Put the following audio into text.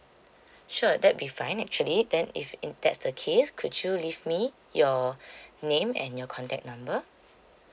sure that'd be fine actually then if in that's the case could you leave me your name and your contact number